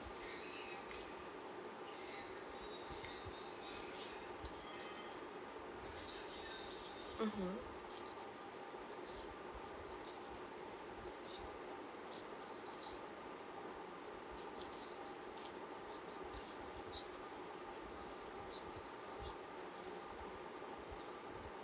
mmhmm